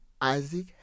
isaac